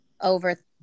over